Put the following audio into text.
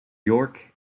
york